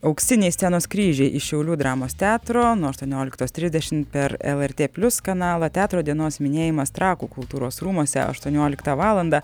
auksiniai scenos kryžiai iš šiaulių dramos teatro nuo aštuonioliktos trisdešimt per lrt plius kanalą teatro dienos minėjimas trakų kultūros rūmuose aštuonioliktą valandą